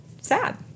sad